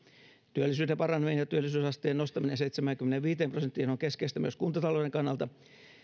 työllisyyden paraneminen ja työllisyysasteen nostaminen seitsemäänkymmeneenviiteen prosenttiin on keskeistä myös kuntatalouden kannalta